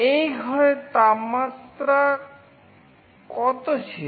এই ঘরের বর্তমান তাপমাত্রা কত ছিল